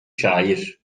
şair